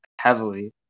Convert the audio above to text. heavily